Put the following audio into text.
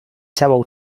całą